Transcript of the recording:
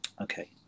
Okay